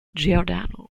giordano